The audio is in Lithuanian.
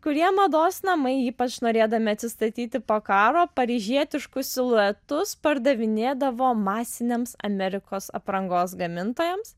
kurie mados namai ypač norėdami atsistatyti po karo paryžietiškus siluetus pardavinėdavo masiniams amerikos aprangos gamintojams